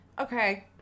Okay